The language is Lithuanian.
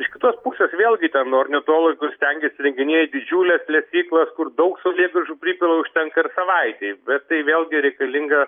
iš kitos pusės vėlgi ten ornitologų stengiasi įrenginėja didžiules lesyklas kur daug saulėgražų pripila užtenka ir savaitei bet tai vėlgi reikalinga